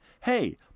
hey